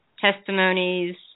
testimonies